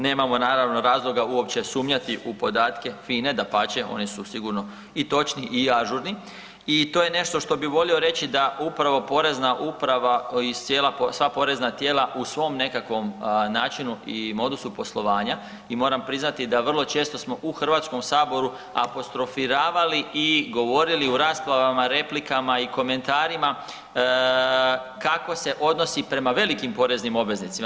Nemamo naravno razloga uopće sumnjati u podatke FINA-e, dapače oni su sigurno i točni i ažurni i to je nešto što bi volio reći da upravo porezna uprava i cijela, sva porezna tijela u svom nekakvom načinu i modusu poslovanja i moram priznati da vrlo često smo u HS apostrofiravali i govorili u raspravama, replikama i komentarima kako se odnosi prema velikim poreznim obveznicima.